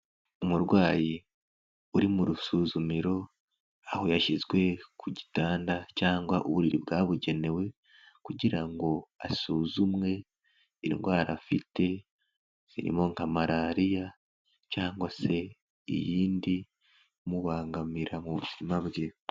Umurwayi uri mu rusuzumiro, aho yashyizwe ku gitanda cyangwa uburiri bwabugenewe kugira ngo asuzumwe indwara afite, zirimo nka Malariya cyangwa se iyindi imubangamira mu buzima bwe.